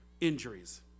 injuries